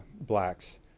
blacks